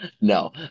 No